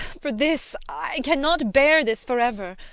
for this i cannot bear this for ever!